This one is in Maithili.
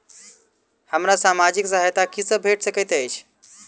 हमरा सामाजिक सहायता की सब भेट सकैत अछि?